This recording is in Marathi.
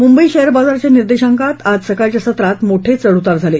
मुंबई शेअर बाजाराच्या निर्देशांकात आज सकाळच्या सत्रात मोठे चढउतार झाले